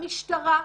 המשטרה,